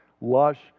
lush